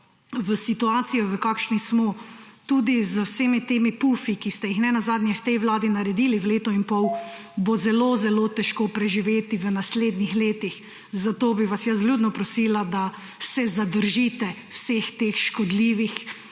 situacije, v kakršni smo, tudi z vsemi temi pufi, ki ste jih ne nazadnje v tej vladi naredili v letu in pol, zelo zelo težko preživeti v naslednjih letih. Zato bi vas jaz vljudno prosila, da se zadržite vseh teh škodljivih